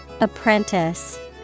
Apprentice